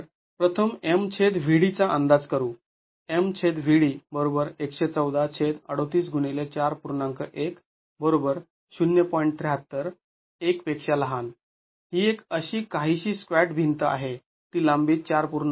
तर प्रथम आपण M छेद V d चा अंदाज करू ही एक काहीशी स्क्वॅट भिंत आहे ती लांबीत ४